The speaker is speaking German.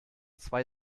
zwei